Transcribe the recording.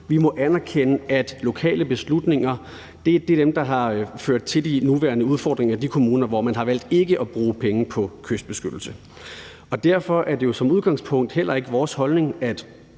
Vi må anerkende, at lokale beslutninger er dem, der har ført til de nuværende udfordringer i de kommuner, hvor man har valgt ikke at bruge penge på kystbeskyttelse. Derfor er det som udgangspunkt heller ikke vores holdning, at